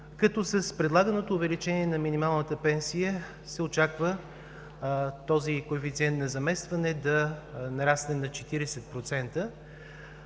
като с предлаганото увеличение на минималната пенсия се очаква този коефициент на заместване да нарасне на 40%.